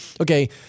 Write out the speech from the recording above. okay